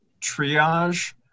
triage